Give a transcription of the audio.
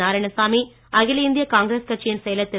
நாராயணசாமி அகில இந்திய காங்கிரஸ் கட்சியின் செயலர் திரு